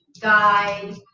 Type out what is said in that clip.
guide